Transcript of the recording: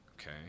okay